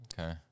okay